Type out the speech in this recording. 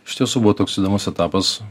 iš tiesų buvo toks įdomus etapas